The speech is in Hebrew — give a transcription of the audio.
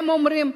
הם אומרים: